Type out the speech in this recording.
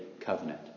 covenant